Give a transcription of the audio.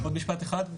עוד משפט אחד,